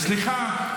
סליחה.